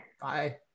Bye